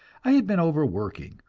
i had been overworking.